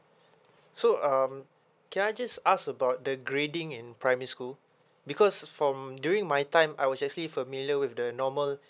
so um can I just ask about the grading in primary school because form during my time I was actually familiar with the normal